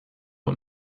und